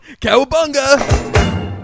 Cowabunga